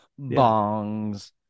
Bongs